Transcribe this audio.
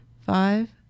Five